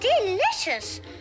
delicious